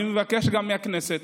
אני גם מבקש מהכנסת: